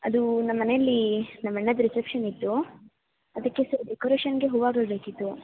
ಅದು ನಮ್ಮನೆಯಲ್ಲಿ ನಮ್ಮ ಅಣ್ಣದು ರಿಸೆಪ್ಶನ್ ಇತ್ತು ಅದಕ್ಕೆ ಡೆಕೋರೇಷನ್ಗೆ ಹೂವುಗಳ್ ಬೇಕಿತ್ತು